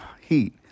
heat